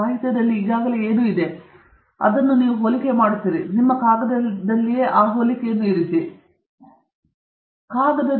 ಸಾಹಿತ್ಯದಲ್ಲಿ ಈಗಾಗಲೇ ಏನು ಇದೆ ಎಂದು ನೀವು ಅದನ್ನು ಹೋಲಿಕೆ ಮಾಡುತ್ತೀರಿ ನಿಮ್ಮ ಕಾಗದದಲ್ಲಿಯೇ ಅದನ್ನು ಇರಿಸಿ ಆ ಪ್ರಕ್ರಿಯೆಯಲ್ಲಿ ನೀವು ಏನಾದರೂ ಹೊಸದನ್ನು ಮಾಡಿದ್ದೀರಿ ಎಂದು ನೀವು ತಿಳಿಸುವಿರಿ